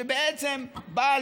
בעצם בא,